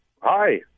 Hi